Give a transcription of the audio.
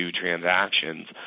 transactions